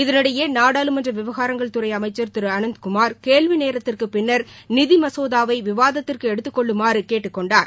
இதனிடையே நாடாளுமன்ற விவகாரங்கள் துறை அமைச்சர் திரு அனந்த்குமார் கேள்வி நேரத்திற்கு பின்னர் நிதி மசோதாவை விவாதத்திற்கு எடுத்துக்கொள்ளுமாறு கேட்டுக்கொண்டார்